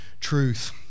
truth